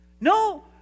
No